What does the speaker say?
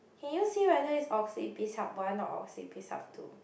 can you see whether it's Oxy Bizhub One or Oxy Bizhub Two